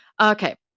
okay